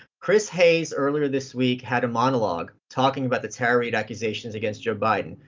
chris hayes earlier this week had a monologue talking about the tara reade accusations against joe biden.